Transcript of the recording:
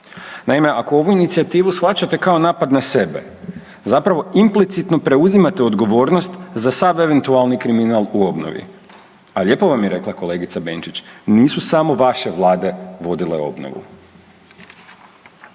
Naime, ako ovu inicijativu shvaćate kao napad na sebe zapravo implicitno preuzimate odgovornost za sva eventualni kriminal u obnovi. A lijepo vam je rekla kolegica Benčić, nisu samo vaše vlade vodile obnovu.